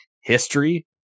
History